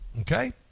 okay